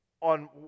on